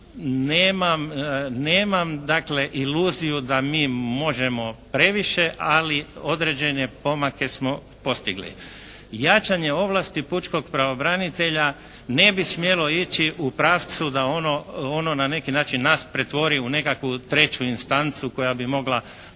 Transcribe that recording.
dakle iluziju da mi možemo previše ali određene pomake smo postigli. Jačanje ovlasti pučkog pravobranitelja ne bi smjelo ići u pravcu da ono na neki način nas pretvori u nekakvu treću instancu koja bi mogla